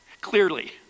clearly